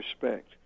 respect